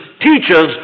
teachers